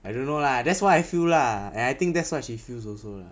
I don't know lah that's what I feel lah and I think that's what she feels also lah